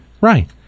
Right